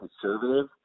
conservative